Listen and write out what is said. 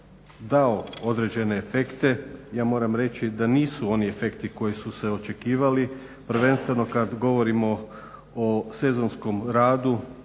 dao određene efekte. Ja moram reći da nisu oni efekti koji su se očekivali prvenstveno kada govorimo o sezonskom radu.